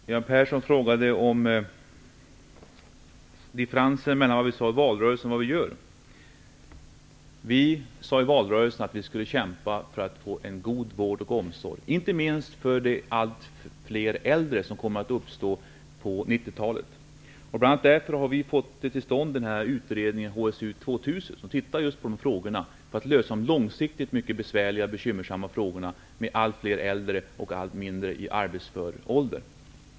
Herr talman! Göran Persson frågade om differensen mellan det som vi sade i valrörelsen och det vi gör. I valrörelsen sade vi att vi skulle kämpa för en god vård och omsorg, inte minst för de allt fler äldre som vi kommer att få under 90-talet. Bl.a. därför har vi fått till stånd utredningen HSU 2000. Den tittar just på hur man långsiktigt skall lösa de mycket besvärliga och bekymmersamma problemen med allt fler äldre och allt färre i arbetsför ålder.